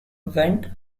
went